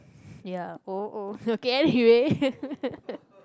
ya oh oh okay anyway